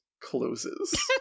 closes